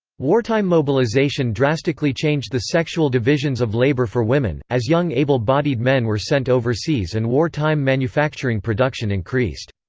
wartime mobilization drastically changed the sexual divisions of labor for women, as young able-bodied men were sent overseas and war time manufacturing production increased.